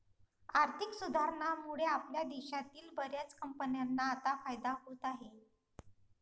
आर्थिक सुधारणांमुळे आपल्या देशातील बर्याच कंपन्यांना आता फायदा होत आहे